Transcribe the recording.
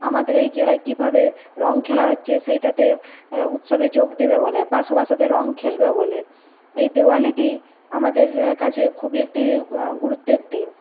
আমাদের এই জেলায় কীভাবে রং খেলা হচ্ছে সেইটাতে উৎসবে যোগ দেবে বলে বা সবার সাথে রং খেলবে বলে এই দেওয়ালিটি আমাদের কাছে খুবই একটি গুরুত্বের দিন